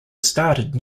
started